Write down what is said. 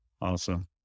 awesome